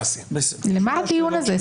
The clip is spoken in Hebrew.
למה הדיון הזה?